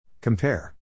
Compare